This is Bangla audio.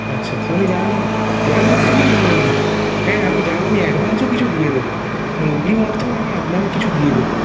আচ্ছা ফোনে জানানো ঠিক আছে আপনি ফোনেই জানান না হ্যাঁ হ্যাঁ আমি যাব আমি অ্যাডভান্সও কিছু দিয়ে দেব মানে অগ্রিম অর্থও আমি আপনাকে কিছু দিয়ে দেব